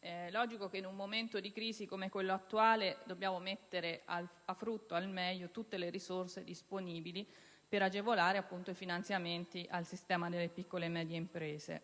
in un momento di crisi come quello attuale dobbiamo mettere a frutto al meglio tutte le risorse disponibili per agevolare i finanziamenti al sistema delle piccole e medie imprese.